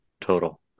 total